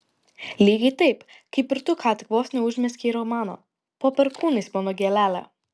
lygiai taip kaip ir tu ką tik vos neužmezgei romano po perkūnais mano gėlele